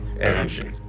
energy